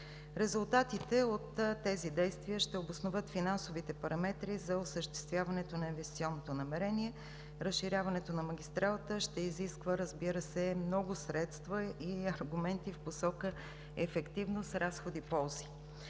Резултатите от тези действия ще обосноват финансовите параметри за осъществяването на инвестиционното намерение. Разширяването на магистралата ще изисква, разбира се, много средства и аргументи в посока ефективност, разходи, ползи.